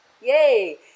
Yay